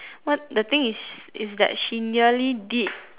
what the thing is is that she nearly did